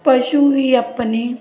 ਪਸ਼ੂ ਵੀ ਆਪਣੇ